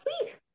sweet